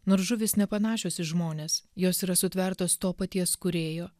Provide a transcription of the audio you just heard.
nors žuvys nepanašios į žmones jos yra sutvertos to paties kūrėjo